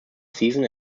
season